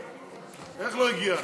איך לא הגיע?